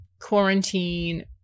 quarantine